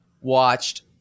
watched